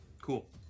cool